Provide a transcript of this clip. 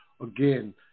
again